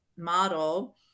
model